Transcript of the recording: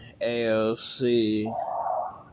AOC